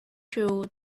you